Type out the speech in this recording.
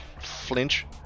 flinch